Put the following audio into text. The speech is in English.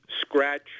scratch